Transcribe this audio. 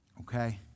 Okay